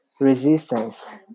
resistance